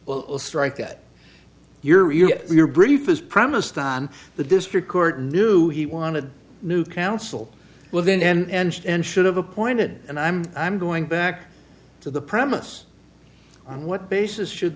well strike that your your your brief is premised on the district court knew he wanted new counsel within and and should have appointed and i'm i'm going back to the premise on what basis should